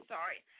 Sorry